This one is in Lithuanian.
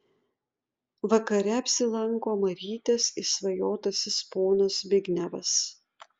vakare apsilanko marytės išsvajotasis ponas zbignevas